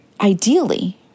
ideally